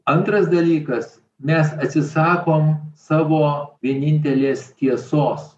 antras dalykas mes atsisakom savo vienintelės tiesos